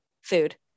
food